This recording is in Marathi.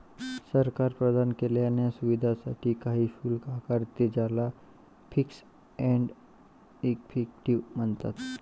सरकार प्रदान केलेल्या सुविधांसाठी काही शुल्क आकारते, ज्याला फीस एंड इफेक्टिव म्हणतात